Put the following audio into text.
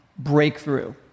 Breakthrough